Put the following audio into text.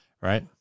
right